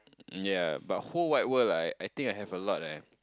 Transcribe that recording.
yea but whole wide world ah I think I have a lot ah